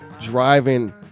driving